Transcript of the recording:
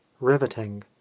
riveting